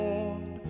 Lord